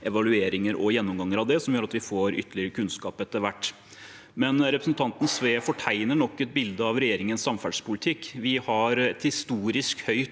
evalueringer og gjennomganger av det, som gjør at vi får ytterligere kunnskap etter hvert. Representanten Sve fortegner nok et bilde av regjeringens samferdselspolitikk. Vi har et historisk høyt